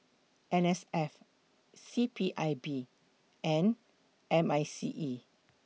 N S F C P I B and M I C E